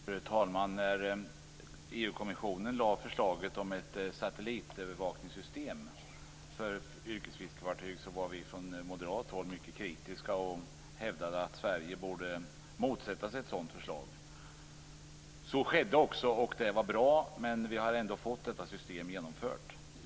Fru talman! När EU-kommissionen lade fram förslaget om ett satellitövervakningssystem för yrkesfiskefartyg var vi från moderat håll mycket kritiska och hävdade att Sverige borde motsätta sig ett sådant förslag. Så skedde också, och det var bra. Men vi har ändå fått detta system genomfört.